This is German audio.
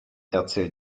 erzähl